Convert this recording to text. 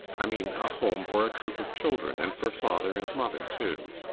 i mean a home for a troop of children and for father and mother, too.